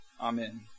Amen